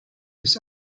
was